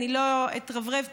אני לא אתרברב פה,